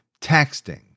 texting